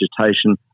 vegetation